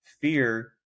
fear